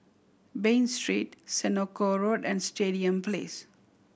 Bain Street Senoko Road and Stadium Place